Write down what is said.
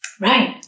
Right